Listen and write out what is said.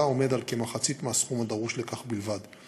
עומד על כמחצית הסכום הדרוש לכך בלבד.